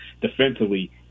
defensively